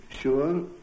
sure